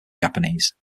japanese